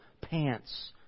pants